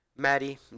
Maddie